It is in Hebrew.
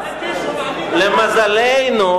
למזלנו,